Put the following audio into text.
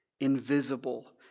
invisible